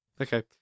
Okay